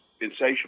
insatiable